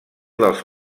dels